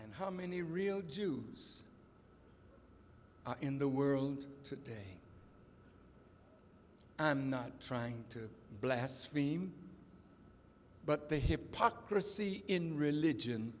and how many real jews in the world today i'm not trying to blasphemy but the hypocrisy in religion